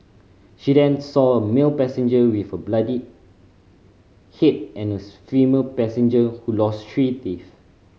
she then saw a male passenger with a bloodied head and a female passenger who lost three teeth